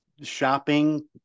shopping